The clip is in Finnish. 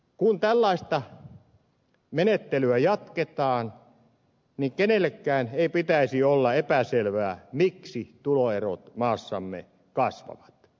kun tällaista menettelyä jatketaan niin kenellekään ei pitäisi olla epäselvää miksi tuloerot maassamme kasvavat